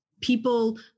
people